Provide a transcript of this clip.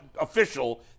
official